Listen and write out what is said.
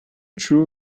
true